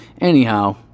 Anyhow